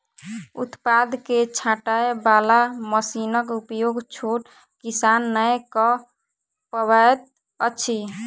उत्पाद के छाँटय बाला मशीनक उपयोग छोट किसान नै कअ पबैत अछि